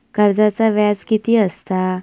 कर्जाचा व्याज कीती असता?